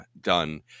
done